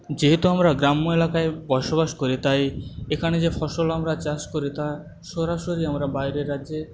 যেহেতু আমরা গ্রাম্য এলাকায় বসবাস করি তাই এখানে যে ফসল আমরা চাষ করি তা সরাসরি আমরা বাইরের রাজ্যে